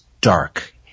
dark